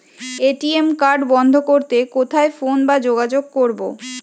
ATM card বন্ধ করতে কোথায় ফোন বা যোগাযোগ করব?